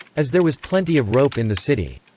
as there was plenty of rope in the city.